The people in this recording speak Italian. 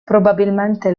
probabilmente